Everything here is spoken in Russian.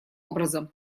образом